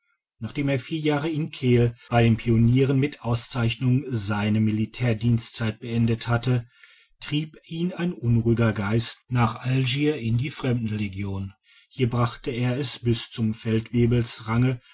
nachdem er vier jahre in kehl bei den pionieren mit auszeichnung seine militärdienstzeit beendet hatte trieb ihn sein unruhiger geist nach algier in die fremden legion hier brachte er es bis zum feldwebelsrange